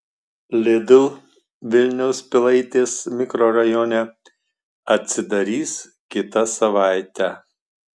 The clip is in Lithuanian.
lidl vilniaus pilaitės mikrorajone atsidarys kitą savaitę